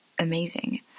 amazing